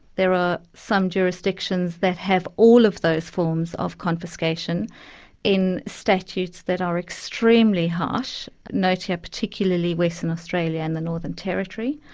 there are some jurisdictions that have all of those forms of confiscation in statutes that are extremely harsh, note here particularly western australia and the northern territory.